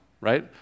right